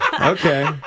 Okay